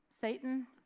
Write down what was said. Satan